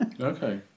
Okay